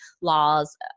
laws